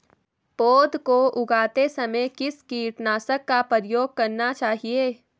पौध को उगाते समय किस कीटनाशक का प्रयोग करना चाहिये?